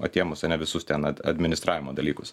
atėmus ane visus ten ad administravimo dalykus